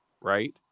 right